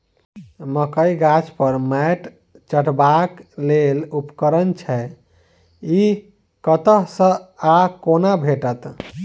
मकई गाछ पर मैंट चढ़ेबाक लेल केँ उपकरण छै? ई कतह सऽ आ कोना भेटत?